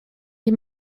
die